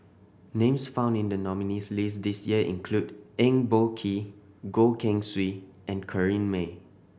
names found in the nominees' list this year include Eng Boh Kee Goh Keng Swee and Corrinne May